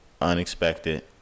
unexpected